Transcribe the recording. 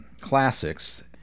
classics